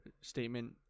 statement